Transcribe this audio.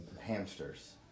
Hamsters